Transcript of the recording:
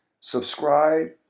subscribe